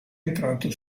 entrato